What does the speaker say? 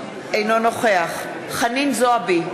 אינו נוכח חנין זועבי,